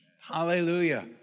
Hallelujah